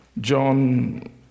John